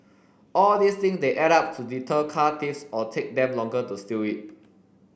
all these thing they add up to deter car thieves or take them longer to steal it